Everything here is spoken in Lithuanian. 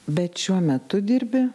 bet šiuo metu dirbi